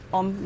om